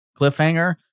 cliffhanger